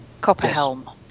Copperhelm